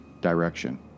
direction